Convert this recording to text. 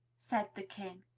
said the king.